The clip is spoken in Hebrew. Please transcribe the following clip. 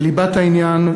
בליבת העניין,